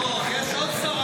לא, יש עוד שרה.